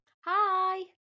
Hi